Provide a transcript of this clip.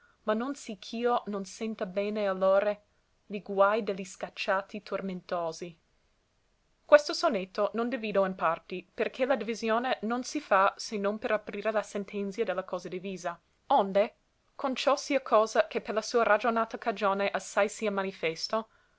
ma non sì ch'io non senta bene allore li guai de li scacciati tormentosi questo sonetto non divido in parti però che la divisione non si fa se non per aprire la sentenzia de la cosa divisa onde con ciò sia cosa che per la sua ragionata cagione assai sia manifesto